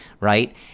right